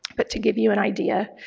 but to give you an idea.